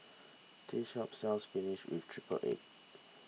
this shop sells Spinach with Triple Egg